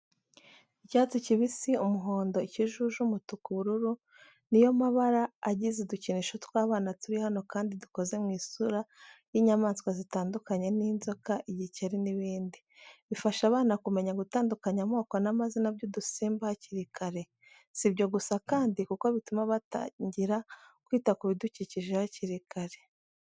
Icyatsi kibisi, umuhondo, ikijuju, umutuku, ubururu ni yo mabara agize udukinisho tw'abana turi hano kandi dukoze mu isura y'inyamaswa zitandukanye n'inzoka, igikeri n'ibindi. Bifasha abana kumenya gutandukanya amoko n'amazina by'udusimba hakiri kare. Si ibyo gusa kandi kuko bituma batangira kwita ku bidukikije hakiri kare.